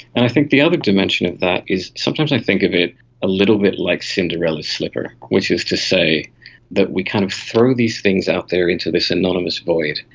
and i think the other dimension of that is sometimes i think of it a little bit like cinderella's slipper, which is to say that we kind of throw these things out there and to this anonymous void,